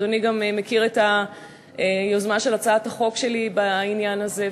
אדוני גם מכיר את היוזמה של הצעת החוק שלי בעניין הזה.